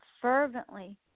fervently